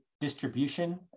distribution